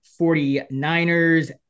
49ers